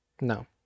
No